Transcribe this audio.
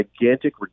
gigantic